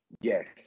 Yes